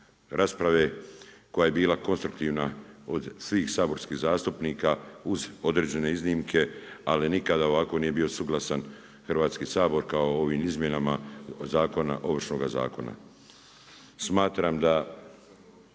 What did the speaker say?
koja je bila konstruktivna od svih saborskih zastupnika uz određene iznimke ali nikada ovako nije bio suglasan Hrvatski sabor kao ovim izmjenama Ovršnoga zakona. Smatram da